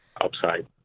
upside